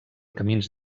camins